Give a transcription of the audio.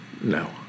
No